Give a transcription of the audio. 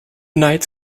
knights